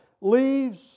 leaves